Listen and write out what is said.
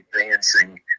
advancing